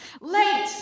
LATE